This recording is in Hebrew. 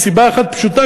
מסיבה אחת פשוטה,